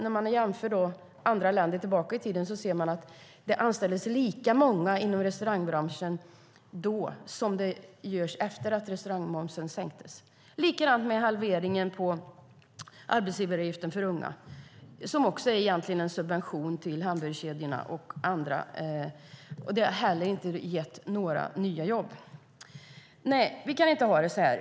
När man jämför med andra länder tillbaka i tiden ser man att det anställdes lika många inom restaurangbranschen då som efter det att restaurangmomsen sänktes. Likadant är det med halveringen av arbetsgivaravgiften för unga, som egentligen också är en subvention till hamburgerkedjorna och andra. Det har heller inte gett några nya jobb. Vi kan inte ha det så här.